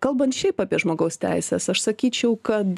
kalbant šiaip apie žmogaus teises aš sakyčiau kad